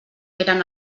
eren